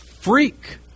freak